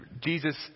Jesus